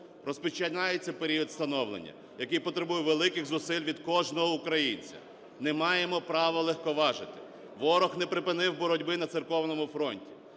Розпочинається період становлення, який потребує великих зусиль від кожного українця. Не маємо права легковажити, ворог не припинив боротьби на церковному фронті,